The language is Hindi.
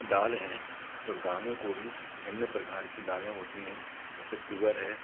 दाल हैं तो दानों को भी भिन्न प्रकार कि दालें होती हैं जैसे तुअर है